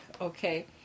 okay